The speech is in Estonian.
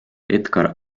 edgar